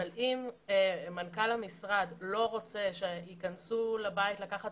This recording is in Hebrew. אבל אם מנכ"ל המשרד לא רוצה שייכנסו לבית החייב להחרים